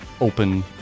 open